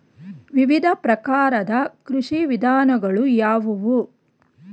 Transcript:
ವಿವಿಧ ಪ್ರಕಾರದ ಕೃಷಿ ವಿಧಾನಗಳು ಯಾವುವು?